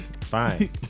fine